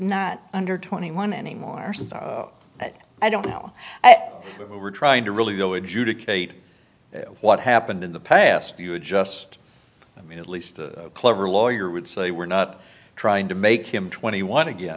not under twenty one anymore but i don't know we're trying to really go a jew dictate what happened in the past you would just i mean at least a clever lawyer would say we're not trying to make him twenty one again